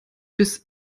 bis